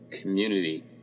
community